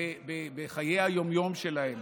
בחיי היום-יום שלהם.